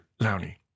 Lowney